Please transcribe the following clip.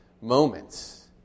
moments